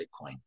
Bitcoin